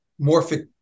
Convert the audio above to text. morphic